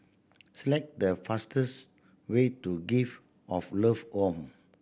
select the fastest way to Gift of Love Home